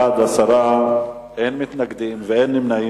בעד, 10, אין מתנגדים ואין נמנעים.